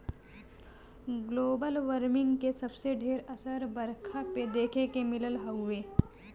global warming के सबसे ढेर असर बरखा पे देखे के मिलत हउवे